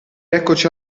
eccoci